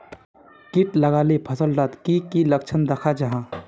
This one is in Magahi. किट लगाले फसल डात की की लक्षण दखा जहा?